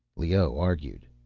leoh argued,